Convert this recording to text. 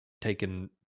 taken